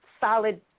solid